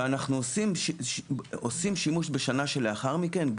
אנחנו עושים שימוש בשנה שלאחר מכן.